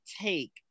take